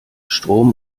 strom